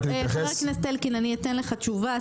חבר הכנסת אלקין, אני אתן לך תשובה.